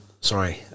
sorry